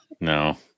no